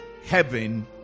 Heaven